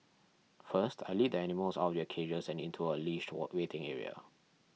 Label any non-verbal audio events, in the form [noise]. first I lead the animals out of their cages and into a leashed [unintelligible] waiting area